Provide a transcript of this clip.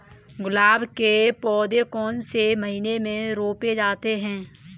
गुलाब के पौधे कौन से महीने में रोपे जाते हैं?